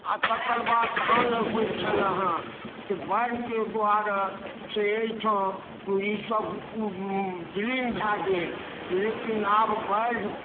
आओर तकर बाद धान लगबै छलैहेँ कि बाढ़िके दुआरेसँ अइठाम ई सब बिलीन भए गेल लेकिन आब बाढ़ि